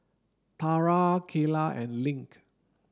Tarah Keyla and Link